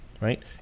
right